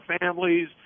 families